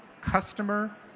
customer